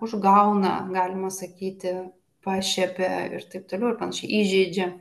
užgauna galima sakyti pašiepia ir taip toliau ir panašiai įžeidžia